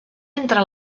entre